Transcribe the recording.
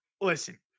listen